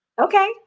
Okay